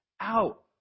out